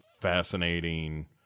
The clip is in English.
fascinating